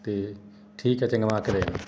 ਅਤੇ ਠੀਕ ਹੈ ਚੰਗਾ ਮੈਂ ਆ ਕੇ ਲੈ ਜਾਂਦਾ